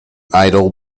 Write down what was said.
idle